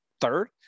third